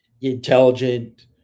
intelligent